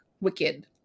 Wicked